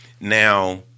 Now